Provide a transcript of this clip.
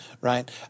right